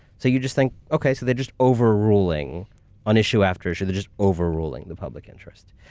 so you just think, okay, so they're just overruling on issue after issue. they're just overruling the public interest.